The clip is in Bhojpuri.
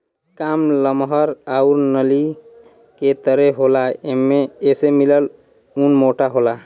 कान लमहर आउर नली के तरे होला एसे मिलल ऊन मोटा होला